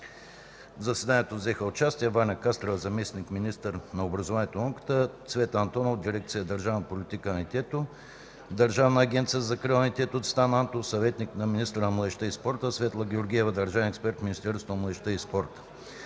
В заседанието взеха участие: Ваня Кастрева – заместник-министър на образованието и науката, Цвета Антонова – дирекция „Държавна политика на детето” в Държавна агенция за закрила на детето, Цветан Антов – съветник на министъра на младежта и спорта, Светла Георгиева – държавен експерт в Министерство на младежта и спорта.